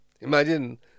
Imagine